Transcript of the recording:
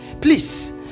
Please